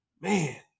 man